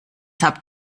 habt